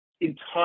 entire